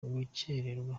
gukererwa